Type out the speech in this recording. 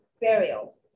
burial